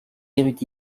érudits